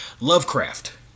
Lovecraft